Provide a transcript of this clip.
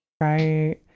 Right